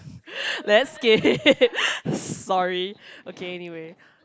let's skip sorry okay anyway